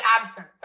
absence